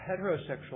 heterosexual